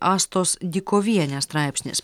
astos dykovienės straipsnis